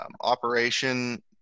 operation